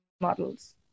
models